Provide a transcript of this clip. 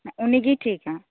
ᱩᱱᱤᱜᱤᱭ ᱴᱷᱤᱠᱟ